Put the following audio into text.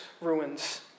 ruins